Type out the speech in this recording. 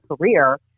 career